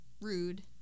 Rude